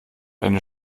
eine